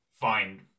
find